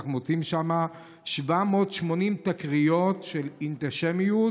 אנחנו מוצאים שם 780 תקריות של אנטישמיות,